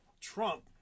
Trump